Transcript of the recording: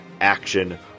action